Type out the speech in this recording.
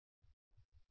విద్యార్థి నా ప్రకారం